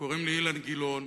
קוראים לי אילן גילאון,